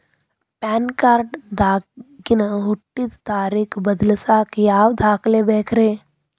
PAN card ದಾಗಿನ ಹುಟ್ಟಿದ ತಾರೇಖು ಬದಲಿಸಾಕ್ ಯಾವ ದಾಖಲೆ ಬೇಕ್ರಿ?